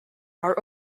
are